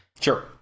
Sure